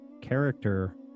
character